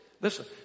Listen